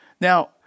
Now